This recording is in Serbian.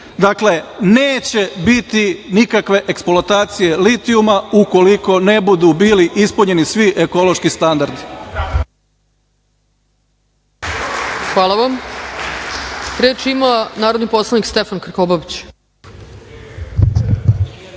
nije. Dakle, neće biti nikakve eksploatacije litijuma ukoliko ne budu bili ispunjeni svi ekološki standardi. **Ana Brnabić** Hvala vam. Reč ima narodni poslanik Stefan Krkobabić.